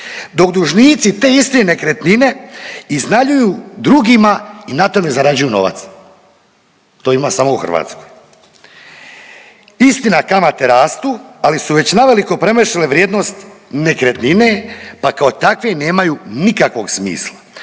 dok dužnici te isti nekretnine iznajmljuju drugima i na tome zarađuju novac. To ima samo u Hrvatskoj. Istina kamate rastu, ali su već naveliko premašile vrijednost nekretnine pa takve nemaju nikakvog smisla,